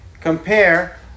compare